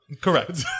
Correct